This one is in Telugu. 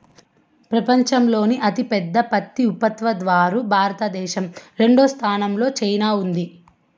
పపంచంలోనే అతి పెద్ద పత్తి ఉత్పత్తి దారు భారత దేశం, రెండవ స్థానం లో చైనా ఉంది